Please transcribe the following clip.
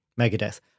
Megadeth